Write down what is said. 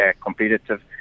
competitive